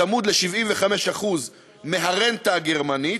צמוד ל-75% מהרנטה הגרמנית,